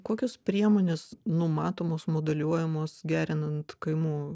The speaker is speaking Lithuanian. kokios priemonės numatomos moduliuojamos gerinant kaimų